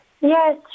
Yes